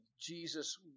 Jesus